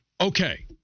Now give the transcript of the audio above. Okay